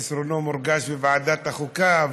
חסרונו מורגש בוועדת החוקה,